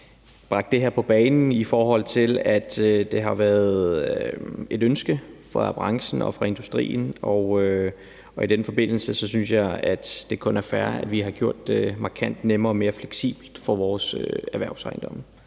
har bragt det her på banen, i forhold til at det har været et ønske fra branchen og fra industrien. I den forbindelse synes jeg, at det kun er fair, at vi har gjort det markant nemmere og mere fleksibelt for vores erhvervsejendomme.